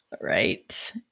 Right